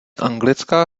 anglická